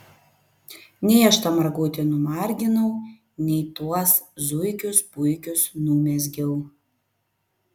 nei aš tą margutį numarginau nei tuos zuikius puikius numezgiau